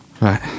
Right